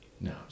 No